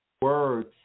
words